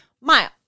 mile